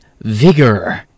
vigor